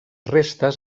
restes